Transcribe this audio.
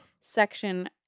section